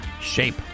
shape